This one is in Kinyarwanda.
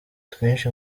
twinshi